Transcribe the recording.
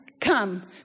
come